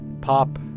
pop